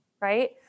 right